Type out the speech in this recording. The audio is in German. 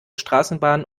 straßenbahn